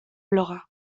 bloga